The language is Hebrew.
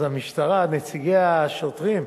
אז המשטרה, נציגי השוטרים,